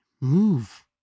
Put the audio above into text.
move